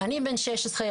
אני בן שש עשרה,